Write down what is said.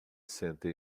senta